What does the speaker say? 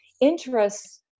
interests